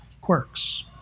quirks